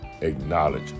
acknowledge